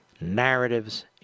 narratives